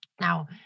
Now